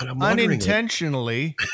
Unintentionally